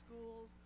schools